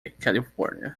california